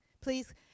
please